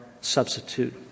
substitute